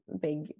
big